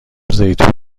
زیتون